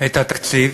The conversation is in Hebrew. את התקציב,